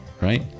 right